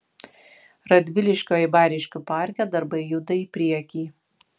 radviliškio eibariškių parke darbai juda į priekį